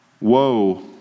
woe